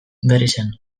berrizen